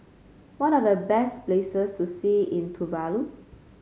what are the best places to see in Tuvalu